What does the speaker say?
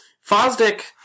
Fosdick